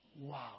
Wow